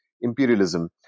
imperialism